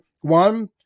one